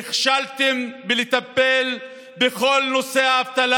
נכשלתם בלטפל בכל נושא האבטלה.